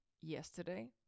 yesterday